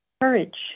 Courage